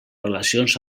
relacions